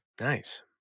Nice